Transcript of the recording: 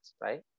right